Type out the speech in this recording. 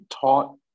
taught